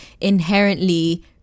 inherently